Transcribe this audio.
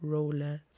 Roller